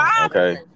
Okay